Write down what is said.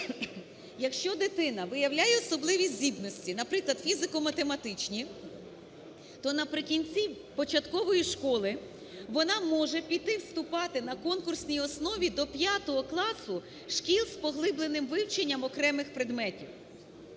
якщо дитина виявляє особливі здібності, наприклад, фізико-математичні, то наприкінці початкової школи вона може піти вступати на конкурсній основі до 5-го класу шкіл з поглибленим вивченням окремих предметів